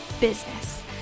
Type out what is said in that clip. business